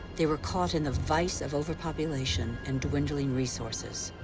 they were caught in the vise of overpopulation and dwindling resources.